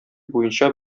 буенча